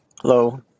Hello